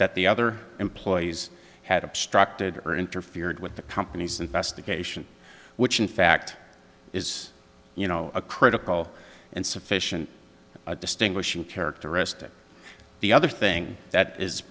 that the other employees had obstructed or interfered with the company's investigation which in fact is you know a critical and sufficient distinguishing characteristic the other thing that is